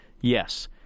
yes